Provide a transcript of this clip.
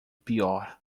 pior